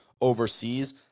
overseas